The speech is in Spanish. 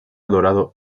dorado